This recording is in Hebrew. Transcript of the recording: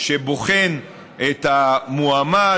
שבוחן את המועמד,